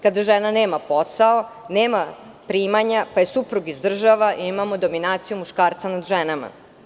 Kada žena nema posao, nema primanja, pa je suprug izdržava i imamo dominaciju muškarca nad ženama.